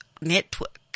network